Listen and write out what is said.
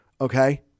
okay